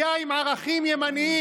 הוא היה עם ערכים ימניים.